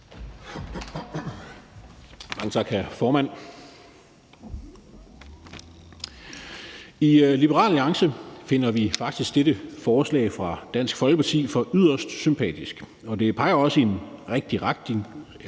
Mange tak, hr. formand. I Liberal Alliance finder vi faktisk dette forslag fra Dansk Folkeparti yderst sympatisk, og det peger også i en rigtig retning.